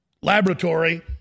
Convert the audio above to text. laboratory